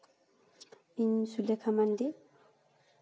ᱤᱧ ᱥᱩᱞᱮᱠᱷᱟ ᱢᱟᱱᱰᱤ